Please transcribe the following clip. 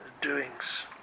doings